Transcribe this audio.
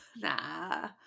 Nah